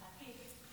סעיפים 1 5